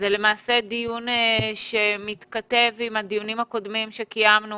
זה למעשה דיון שמתכתב עם הדיונים הקודמים שקיימנו